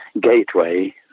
Gateway